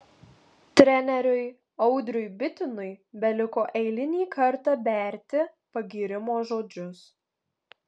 treneriui audriui bitinui beliko eilinį kartą berti pagyrimo žodžius